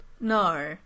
No